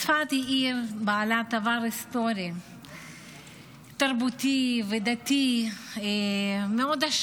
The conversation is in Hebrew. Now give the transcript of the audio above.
צפת היא עיר בעלת עבר היסטורי תרבותי ודתי עשיר מאוד.